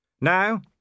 Now